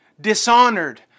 dishonored